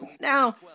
Now